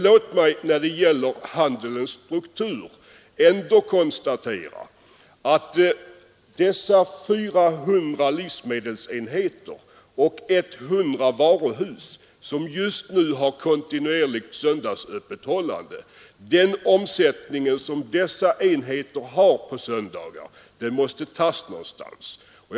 Låt mig dock konstatera att det är 400 livsmedelsenheter och 100 varuhus som just nu har kontinuerligt söndagsöppethållande. Den omsättning som dessa enheter har på söndagar måste ju tas någonstans ifrån.